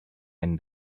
and